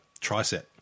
Tricep